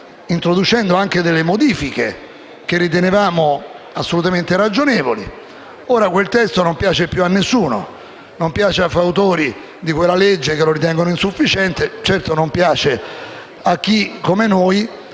introducendo anche delle modifiche che ritenevamo assolutamente ragionevoli. Ora quel testo non piace più a nessuno, non piace ai fautori di quella legge, che lo ritengono insufficiente, e certo non piace a chi, come noi,